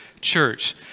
church